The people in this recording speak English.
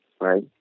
right